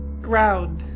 ground